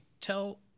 tell